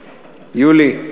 יולי.